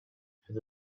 has